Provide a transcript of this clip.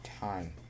time